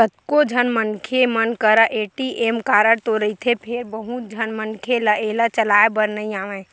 कतको झन मनखे मन करा ए.टी.एम कारड तो रहिथे फेर बहुत झन मनखे ल एला चलाए बर नइ आवय